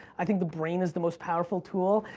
i think the brain is the most powerful tool.